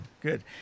Good